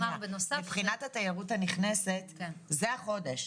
מבחינת התיירות הנכנסת זה החודש.